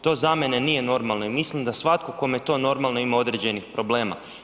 To za mene nije normalno i mislim da svatko kome je to normalno ima određenih problema.